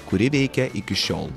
kuri veikia iki šiol